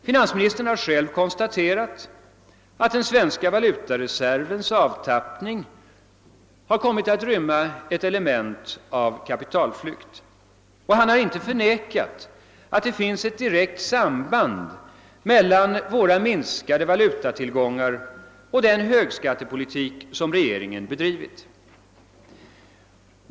Finansministern har själv konstaterat att den svenska valutareservens avtappning kommit att rymma ett element av kapitalflykt, och han har inte förnekat att det finns ett direkt samband mellan våra minskade valutatillgångar och den högskattepolitik som regeringen bedrivit.